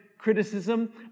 criticism